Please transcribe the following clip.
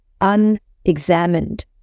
unexamined